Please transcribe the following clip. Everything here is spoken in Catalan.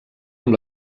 amb